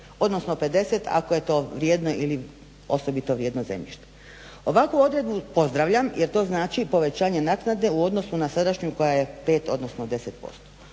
odnosno 50 ako je to vrijedno ili osobito vrijedno zemljište. Ovakvu odredbu pozdravljam jer to znači povećanje naknade u odnosu na sadašnju koja je 5 odnosno 10%.